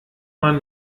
man